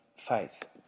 faith